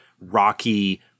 rocky